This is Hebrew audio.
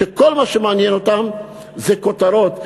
שכל מה שמעניין אותה זה כותרות.